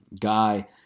guy